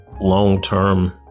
long-term